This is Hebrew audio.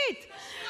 את שונאת נשים.